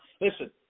Listen